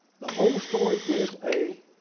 the whole story, is a